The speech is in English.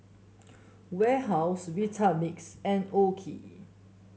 Warehouse Vitamix and OKI